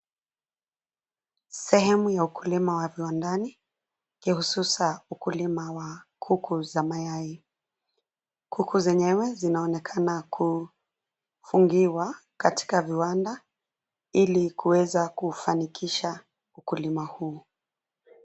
Sehemu ya ukulima wa viwandani vya hususan ukulima wa kuku za mayai. Kuku zenyewe zinaonekana kufungiwa katika viwanda ili kuweza kufanikisha ukulima huu.